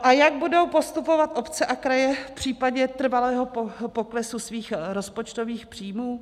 A jak budou postupovat obce a kraje v případě trvalého poklesu svých rozpočtových příjmů?